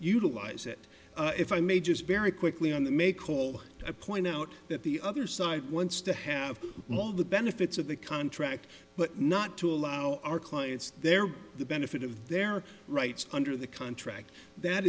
utilize it if i may just very quickly on the may call a point out that the other side wants to have all the benefits of the contract but not to allow our clients their the benefit of their rights under the contract that